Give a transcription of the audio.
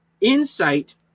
insight